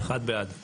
הצבעה בעד,